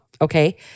okay